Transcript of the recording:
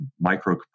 micro